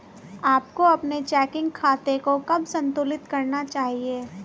आपको अपने चेकिंग खाते को कब संतुलित करना चाहिए?